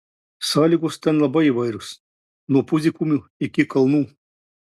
sąlygos ten labai įvairios nuo pusdykumių iki kalnų